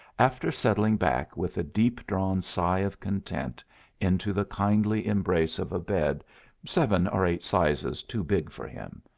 after settling back with a deep-drawn sigh of content into the kindly embrace of a bed seven or eight sizes too big for him,